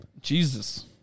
Jesus